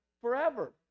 forever